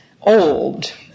old